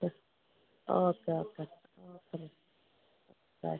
uh okay okay okay by